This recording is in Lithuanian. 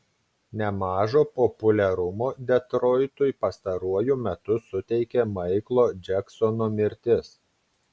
nemažo populiarumo detroitui pastaruoju metu suteikė maiklo džeksono mirtis